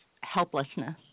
helplessness